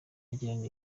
agirana